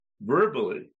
Verbally